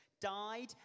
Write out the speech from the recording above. died